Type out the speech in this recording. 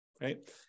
Right